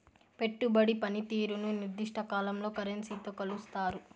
పెట్టుబడి పనితీరుని నిర్దిష్ట కాలంలో కరెన్సీతో కొలుస్తారు